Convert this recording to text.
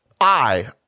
I-